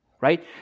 right